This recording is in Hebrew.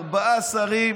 ארבעה שרים.